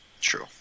True